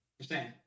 Understand